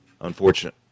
unfortunate